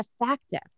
effective